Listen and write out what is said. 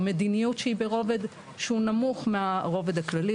מדיניות שהיא ברובד שהוא נמוך מהרובד הכללי,